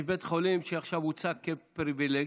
יש בית חולים שעכשיו הוצג כפריבילג,